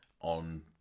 on